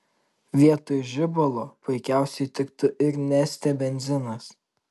vietoj žibalo puikiausiai tiktų ir neste benzinas